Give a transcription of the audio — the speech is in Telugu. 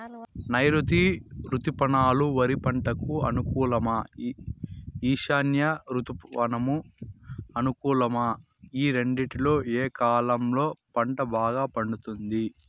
నైరుతి రుతుపవనాలు వరి పంటకు అనుకూలమా ఈశాన్య రుతుపవన అనుకూలమా ఈ రెండింటిలో ఏ కాలంలో పంట బాగా పండుతుంది?